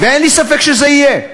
ואין לי ספק שזה יהיה.